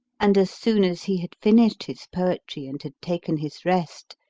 and as soon as he had finished his poetry and had taken his rest,